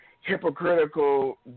hypocritical